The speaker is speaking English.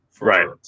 Right